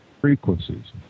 frequencies